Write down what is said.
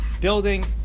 Building